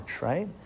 right